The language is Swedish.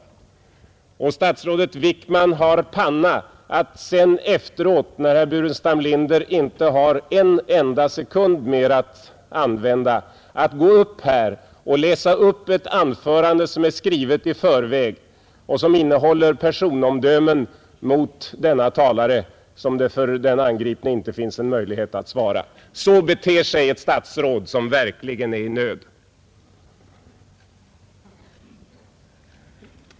Och Tisdagen den statsrådet Wickman har panna att efteråt, när herr Burenstam Linder inte = 30 mars 1971 har en enda sekund mera att använda, läsa upp ett anförande som är skrivet i förväg och som innehåller personomdömen om denne talare som det för den angripne inte finns möjlighet att svara på. Så beter sig ett statsråd som verkligen är i nöd!